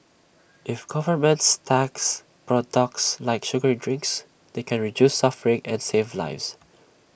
if governments tax products like sugary drinks they can reduce suffering and save lives